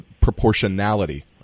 proportionality